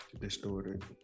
Distorted